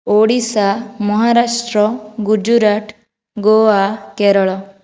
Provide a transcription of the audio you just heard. Odisha Maharashtra Gujarat Goa Kerala